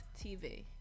TV